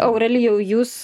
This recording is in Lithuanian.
aurelijau jūs